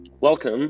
Welcome